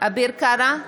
אביר קארה,